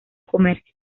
comercio